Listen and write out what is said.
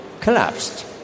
collapsed